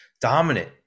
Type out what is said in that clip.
dominant